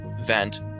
vent